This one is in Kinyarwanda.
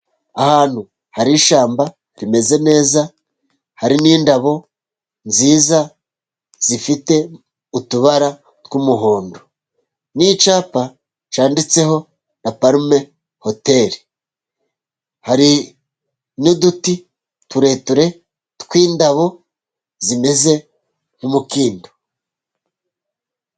Ahantu hari ishyamba rimeze neza, hari n’indabo nziza zifite utubara tw’umuhondo, n’icyapa cyanditseho La Parume Hoteli. Hari n’uduti tureture tw’indabo zimeze nk’ umukindo.